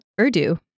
Urdu